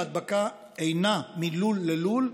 ההדבקה אינה מלול ללול,